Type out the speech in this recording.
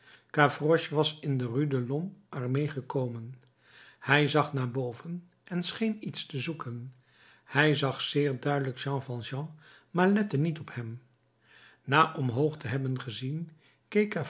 gavroche was in de rue de lhomme armé gekomen hij zag naar boven en scheen iets te zoeken hij zag zeer duidelijk jean valjean maar lette niet op hem na omhoog te hebben gezien